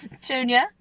Junior